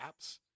apps